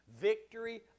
Victory